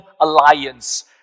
alliance